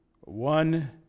one